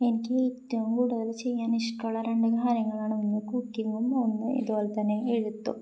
എനിക്ക് ഏറ്റവും കൂടുതല് ചെയ്യാൻ ഇഷ്ടമുള്ള രണ്ട് കാര്യങ്ങളാണ് ഒന്ന് കുക്കിങ്ങും ഒന്ന് അതുപോലെ തന്നെ എഴുത്തും